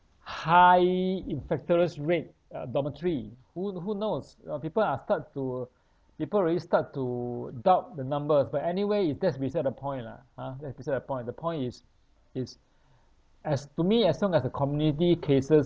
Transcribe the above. high infection rate uh dormitory who who knows uh people are start to people already start to doubt the numbers but anyway is that's beside the point lah ah that's beside the point the point is is as to me as long as the community cases